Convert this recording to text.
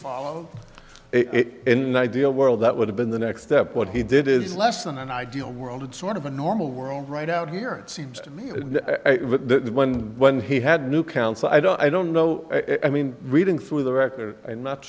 follow it in the ideal world that would have been the next step what he did is less than an ideal world and sort of a normal world right out here seems to me the one when he had new counsel i don't i don't know i mean reading through the records i'm not